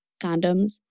condoms